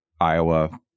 Iowa